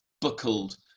buckled